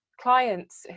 clients